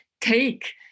take